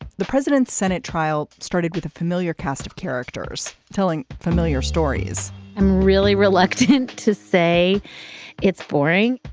the president's senate trial started with a familiar cast of characters telling familiar stories. i'm really reluctant to say it's boring.